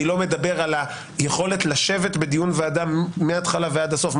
אני לא מדבר על היכולת לשבת בדיון ועדה מההתחלה ועד הסוף.